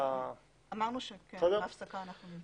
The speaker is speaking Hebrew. אמרנו שבהפסקה נבדוק.